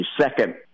second